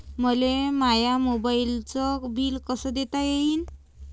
मले माया केबलचं बिल कस देता येईन?